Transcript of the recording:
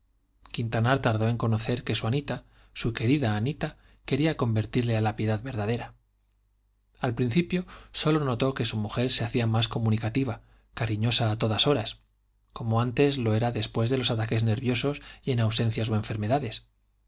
quintanar tardó en conocer que su anita su querida anita quería convertirle a la piedad verdadera al principio sólo notó que su mujer se hacía más comunicativa cariñosa a todas horas como antes lo era después de los ataques nerviosos y en ausencias o enfermedades